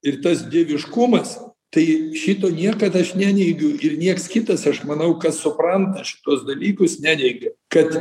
ir tas dieviškumas tai šito niekad aš neneigiu ir nieks kitas aš manau kas supranta šituos dalykus neneigia kad